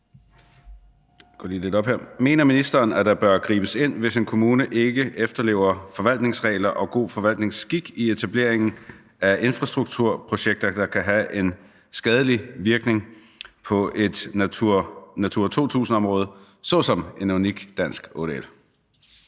Mener ministeren, at der bør gribes ind, hvis en kommune ikke efterlever forvaltningsregler og god forvaltningsskik i etableringen af infrastrukturprojekter, der kan have skadelige virkninger på et Natura 2000-område såsom en unik dansk